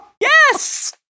Yes